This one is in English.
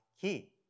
key